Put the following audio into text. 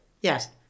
Yes